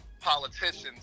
Politicians